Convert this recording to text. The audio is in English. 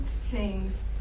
sings